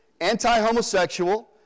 anti-homosexual